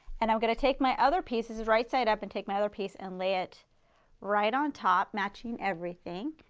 and i'm going to take my other pieces right side up and take my other piece and lay it right on top matching everything.